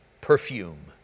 perfume